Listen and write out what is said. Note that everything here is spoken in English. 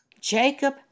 Jacob